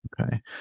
Okay